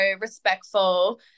respectful